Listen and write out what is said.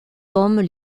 hommes